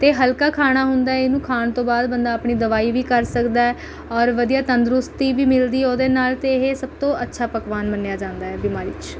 ਅਤੇ ਹਲਕਾ ਖਾਣਾ ਹੁੰਦਾ ਹੈ ਇਹਨੂੰ ਖਾਣ ਤੋਂ ਬਾਅਦ ਬੰਦਾ ਆਪਣੀ ਦਵਾਈ ਵੀ ਕਰ ਸਕਦਾ ਔਰ ਵਧੀਆ ਤੰਦਰੁਸਤੀ ਵੀ ਮਿਲਦੀ ਉਹਦੇ ਨਾਲ ਅਤੇ ਇਹ ਸਭ ਤੋਂ ਅੱਛਾ ਪਕਵਾਨ ਮੰਨਿਆ ਜਾਂਦਾ ਹੈ ਬਿਮਾਰੀ 'ਚ